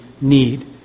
need